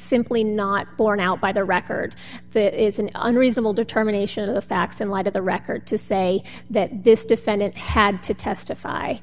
simply not borne out by the record that is an unreasonable determination of the facts in light of the record to say that this defendant had to testify